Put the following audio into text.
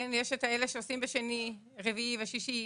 יש את אלה שעושים בשני, רביעי ושישי.